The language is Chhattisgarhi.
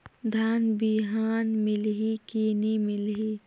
धान बिहान मिलही की नी मिलही?